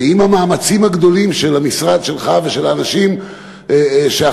ועם המאמצים הגדולים של המשרד שלך ושל האנשים שאחראים,